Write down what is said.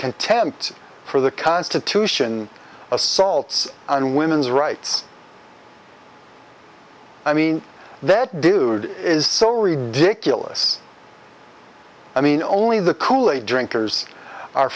contempt for the constitution assaults on women's rights i mean that dude is so ridiculous i mean only the kool aid drinkers are